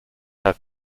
have